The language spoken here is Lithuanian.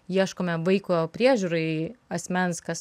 ieškome vaiko priežiūrai asmens kas